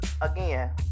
again